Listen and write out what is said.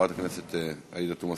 חברת הכנסת עאידה תומא סלימאן,